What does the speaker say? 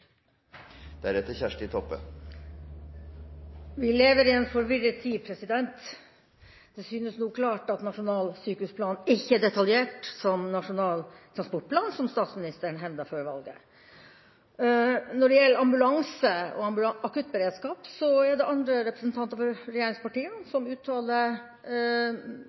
Vi lever i en forvirret tid. Det synes nå klart at en nasjonal sykehusplan ikke er like detaljert som Nasjonal transportplan, som statsministeren hevdet før valget. Når det gjelder ambulanse og akuttberedskap, er det andre representanter for regjeringspartiene som uttaler